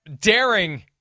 daring